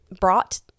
brought